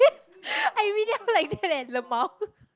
I read it out like that leh LMAO